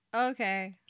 Okay